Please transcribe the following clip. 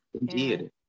indeed